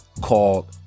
called